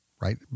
Right